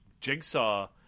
jigsaw